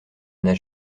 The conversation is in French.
n’a